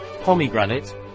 pomegranate